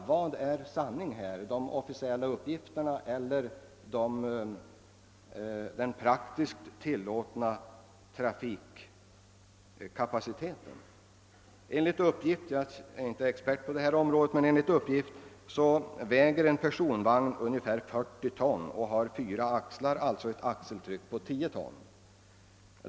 Vad är sanning, de officiella uppgifterna eller den i praktiken tillåtna trafikkapaciteten? Jag är inte expert på detta område, men enligt uppgifter som jag fått väger en personvagn ungefär 40 ton och har 4 axlar, alltså ett axeltryck på 10 ton.